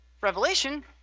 Revelation